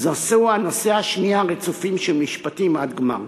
וזה הנושא של שמיעה רצופה של משפטים עד גמר.